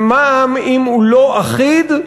שמע"מ, אם אינו אחיד,